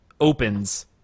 opens